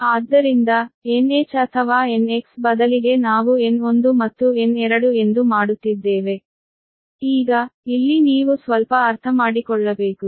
ಆದ್ದರಿಂದ NH ಅಥವಾ NX ಬದಲಿಗೆ ನಾವು N1 ಮತ್ತು N2 ಎಂದು ಮಾಡುತ್ತಿದ್ದೇವೆ ಈಗ ಇಲ್ಲಿ ನೀವು ಸ್ವಲ್ಪ ಅರ್ಥಮಾಡಿಕೊಳ್ಳಬೇಕು